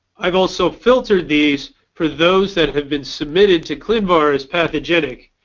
i've also filtered these for those that have been submitted to clinvar as pathogenic,